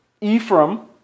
Ephraim